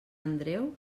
andreu